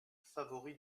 favori